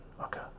Okay